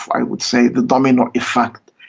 i would say, the domino effect.